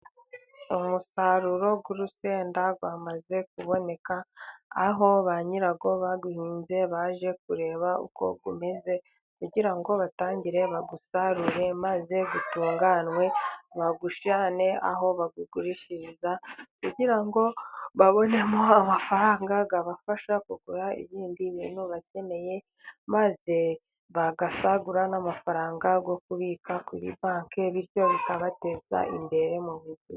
Umusaruro w'urusenda wamaze kuboneka ,aho ba nyirawo bawuhinze baje kureba uko umeze ,kugira ngo batangire bawusarure maze utunganwe, bawujyane aho bawugurishiriza ,kugira ngo babonemo amafaranga abafasha kugura ibindi bintu bakeneye ,maze bagasagura n'amafaranga yo kubika kuri banki, bityo bikabateza imbere mu buzima.